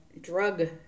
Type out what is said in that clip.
drug